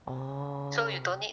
orh